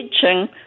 teaching